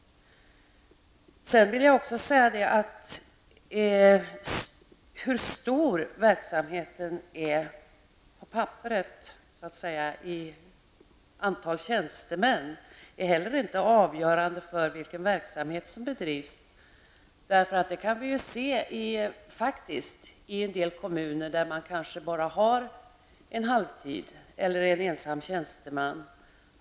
Jag vill också framhålla att hur stor verksamheten är på papperet -- sett till antalet tjänstemän -- avgör inte heller hur den verksamhet blir som bedrivs. Det är bara att titta på verksamheten i en del kommuner, där man kanske bara har en halvtidsarbetande eller en ensam tjänsteman.